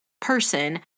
person